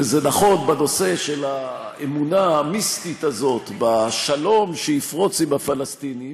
וזה נכון בנושא של האמונה המיסטית הזאת בשלום שיפרוץ עם הפלסטינים.